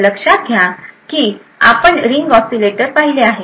तर लक्षात घ्या की आपण रिंग ऑसीलेटर पाहिले आहे